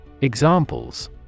Examples